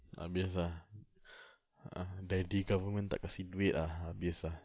habis ah ah die the government tak kasi duit ah habis ah